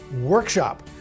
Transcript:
workshop